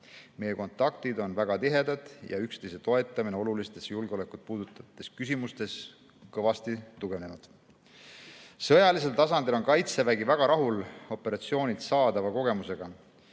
Meie kontaktid on väga tihedad ja üksteise toetamine olulistes julgeolekut puudutavates küsimustes kõvasti tugevnenud. Sõjalisel tasandil on Kaitsevägi väga rahul operatsioonilt saadava kogemusega.